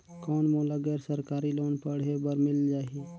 कौन मोला गैर सरकारी लोन पढ़े बर मिल जाहि?